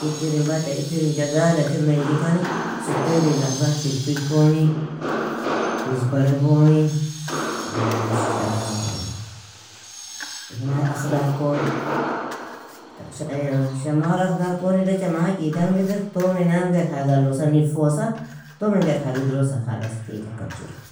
itirin bata itirin jagada kir menjikani, sukeri lahzal filfil koni, kuzbara goni, hinay akhdar kon, shamar akhdar kon, idacha magitang idirr, tominan gadhag allosa, nifosa, tomin gadhag idrosa, khalas tiga kabjiru.